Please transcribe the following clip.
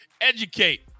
educate